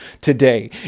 today